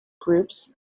groups